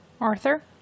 arthur